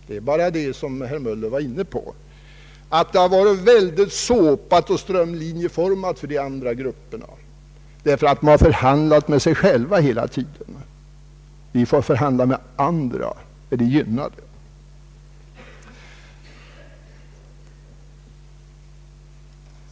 Det har som herr Möller antydde varit ytterst såpat och strömlinjeformat för de andra grupperna, för att de förhandlat med sig själva hela tiden. Vi får förhandla med andra, med de gynnade.